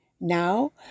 Now